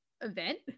event